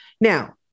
Now